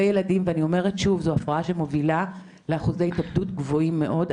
ואני אומרת שוב: זו הפרעה שמובילה לאחוזי התאבדות גבוהים מאוד.